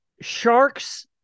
sharks